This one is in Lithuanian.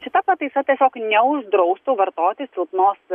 šita pataisa tiesiog neuždraustų vartoti silpnos